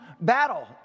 battle